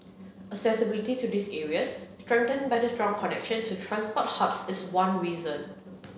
accessibility to these areas strengthened by the strong connection to transport hubs is one reason